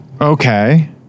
okay